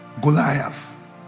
Goliath